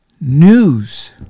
news